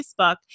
Facebook